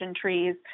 trees